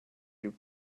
you